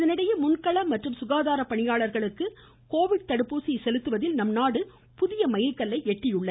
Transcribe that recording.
இதனிடையே முன்கள மற்றும் சுகாதார பணியாளர்களுக்கு கோவிட் தடுப்பூசி செலுத்துவதில் நம் நாடு புதிய மைல் கல்லை எட்டியுள்ளது